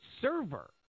server